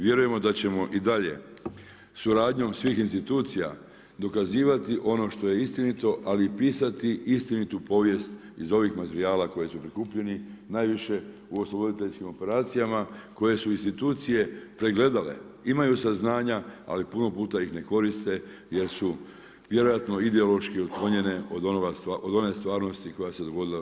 Vjerujemo da ćemo i dalje suradnjom svih institucija dokazivati ono što je istinito, ali i pisti istinitu povijest iz ovih materijala koje su prikupljeni, najviše u osloboditeljskih operacijama, koje su institucije pregledale, imaju saznanja, ali puno puta ih ne koriste, jer su vjerojatno ideološki otklonjene od one stvarnosti koja se dogodila u RH.